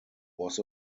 was